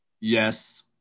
yes